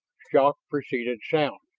shock preceded sound.